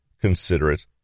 considerate